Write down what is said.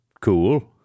cool